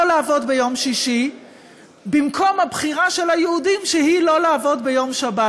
לא לעבוד ביום שישי במקום הבחירה של היהודים שהיא לא לעבוד ביום שבת.